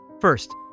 First